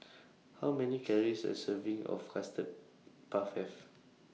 How Many Calories Does A Serving of Custard Puff Have